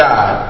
God